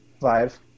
live